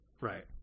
right